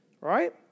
right